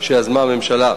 שיזמה הממשלה.